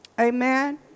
Amen